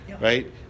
right